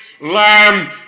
lamb